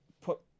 put